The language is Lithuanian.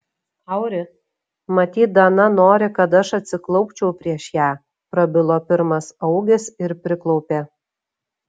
auri matyt dana nori kad aš atsiklaupčiau prieš ją prabilo pirmas augis ir priklaupė